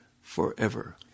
forever